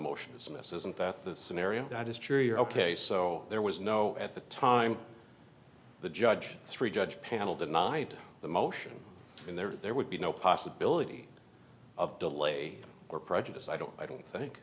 motion sickness isn't that the scenario that is true ok so there was no at the time the judge three judge panel denied the motion and there would be no possibility of delay or prejudice i don't i don't think